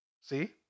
See